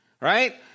right